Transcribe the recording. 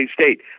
State